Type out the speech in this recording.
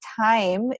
time